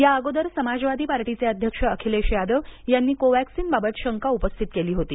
या अगोदर समाजवादी पार्टीचे अध्यक्ष अखिलेश यादव यांनी वॅक्सीनबाबत शंका उपस्थित केली होती